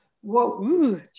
whoa